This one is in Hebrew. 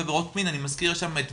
אני מזכיר שבהרשעה בעבירות מין,